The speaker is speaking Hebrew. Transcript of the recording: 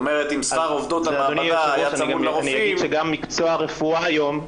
אדוני היושב-ראש, גם מקצוע הרפואה היום,